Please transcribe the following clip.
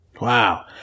Wow